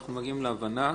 אנחנו מגיעים להבנה.